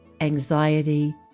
anxiety